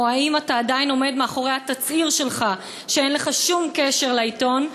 או האם אתה עדיין עומד מאחורי התצהיר שלך שאין לך שום קשר לעיתון?